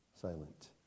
silent